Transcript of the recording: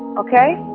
ok.